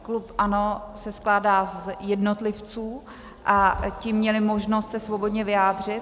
Klub ANO se skládá z jednotlivců a ti měli možnost se svobodně vyjádřit.